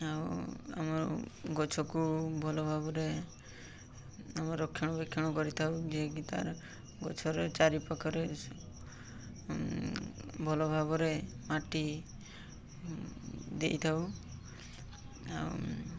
ଆଉ ଆମର ଗଛକୁ ଭଲ ଭାବରେ ଆମ ରକ୍ଷଣବେକ୍ଷଣ କରିଥାଉ ଯିଏକି ତା'ର ଗଛରେ ଚାରିପାଖରେ ଭଲ ଭାବରେ ମାଟି ଦେଇଥାଉ ଆଉ